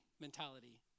mentality